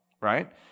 right